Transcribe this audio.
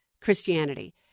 Christianity